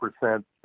percent